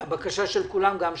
זו הבקשה של כולם וגם שלך.